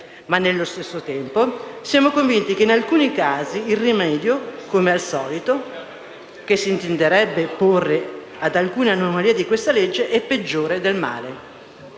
Ma, nello stesso tempo, siamo convinti che in alcuni casi, come al solito, il rimedio che si intenderebbe porre ad alcune anomalie di questa legge è peggiore del male.